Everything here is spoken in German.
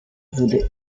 wurde